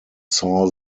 saw